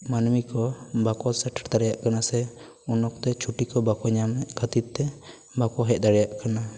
ᱢᱟᱹᱱᱢᱤ ᱠᱚ ᱵᱟᱠᱚ ᱥᱮᱴᱮᱨ ᱫᱟᱲᱮᱭᱟᱜ ᱠᱟᱱᱟ ᱥᱮ ᱩᱱ ᱚᱠᱛᱮ ᱪᱷᱩᱴᱤ ᱠᱚ ᱵᱟᱠᱚ ᱧᱟᱢᱮᱫ ᱠᱷᱟᱹᱛᱤᱨ ᱛᱮ ᱵᱟᱠᱚ ᱦᱮᱡ ᱫᱟᱲᱮᱭᱟᱜ ᱠᱟᱱᱟ